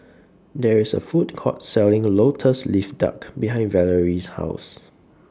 There IS A Food Court Selling Lotus Leaf Duck behind Valorie's House